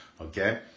Okay